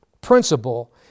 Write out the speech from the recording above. principle